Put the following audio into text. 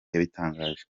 yabitangaje